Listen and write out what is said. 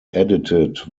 edited